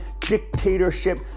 dictatorship